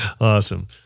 Awesome